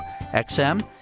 xm